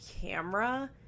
camera